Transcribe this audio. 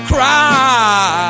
Cry